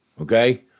okay